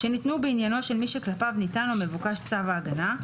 שניתנו בעניינו של מי שכלפיו ניתן או מבוקש צו ההגנה,